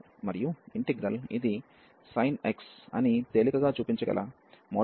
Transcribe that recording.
మరియు ఇంటిగ్రల్ ఇది sine x అని తేలికగా చూపించగల 1bsin x dx గా చేస్తుంది